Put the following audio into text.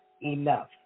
enough